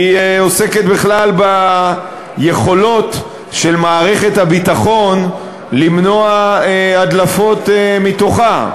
עוסקת בכלל ביכולת של מערכת הביטחון למנוע הדלפות מתוכה.